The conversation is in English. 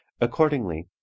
accordingly